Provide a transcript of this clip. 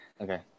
Okay